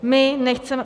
My nechceme...